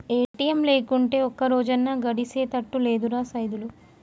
ATM లేకుంటే ఒక్కరోజన్నా గడిసెతట్టు లేదురా సైదులు